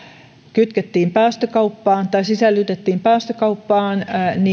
kytkettiin päästökauppaan tai sisällytettiin päästökauppaan